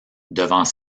devant